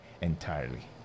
entirely